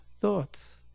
thoughts